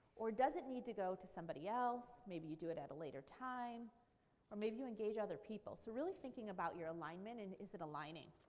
or does it need to go to somebody else? maybe you do it at a later time or maybe you engage other people. so really thinking about your alignment and is it aligning.